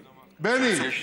בני,